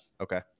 okay